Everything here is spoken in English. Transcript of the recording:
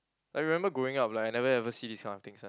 I remember growing up like I never ever see this kind of things one